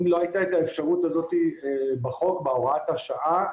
אם לא הייתה האפשרות הזאת בחוק, בהוראת השעה,